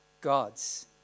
gods